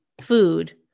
food